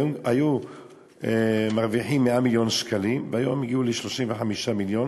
היו מרוויחים 100 מיליון שקלים והיום הגיעו ל-35 מיליון,